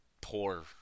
poor